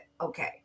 Okay